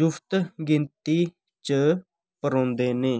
जुफ्त गिनती च परोंदे न